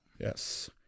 Yes